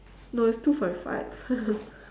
no it's two forty five